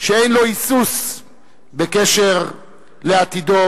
שאין לו היסוס בקשר לעתידו,